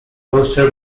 roster